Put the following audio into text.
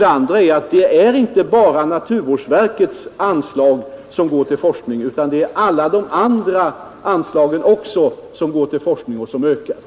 Det andra är att det inte bara är naturvårdsverkets anslag som går till forskning utan också andra anslag, och det betyder en total ökning av resurserna för forskning.